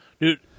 Dude